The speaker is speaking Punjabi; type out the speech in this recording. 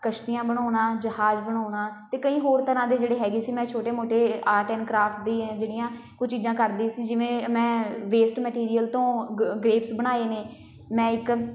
ਕਿਸ਼ਤੀਆਂ ਬਣਾਉਣਾ ਜਹਾਜ ਬਣਾਉਣਾ ਅਤੇ ਕਈ ਹੋਰ ਤਰ੍ਹਾਂ ਦੇ ਜਿਹੜੇ ਹੈਗੇ ਸੀ ਮੈਂ ਛੋਟੇ ਮੋਟੇ ਆਰਟ ਐਂਡ ਕਰਾਫਟ ਦੀ ਜਿਹੜੀਆਂ ਕੁਝ ਚੀਜ਼ਾਂ ਕਰਦੀ ਸੀ ਜਿਵੇਂ ਮੈਂ ਵੇਸਟ ਮਟੀਰੀਅਲ ਤੋਂ ਗ ਗਰੇਪਸ ਬਣਾਏ ਨੇ ਮੈਂ ਇੱਕ